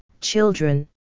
children